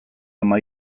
ama